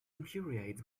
infuriates